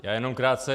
Já jenom krátce.